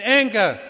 anger